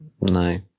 No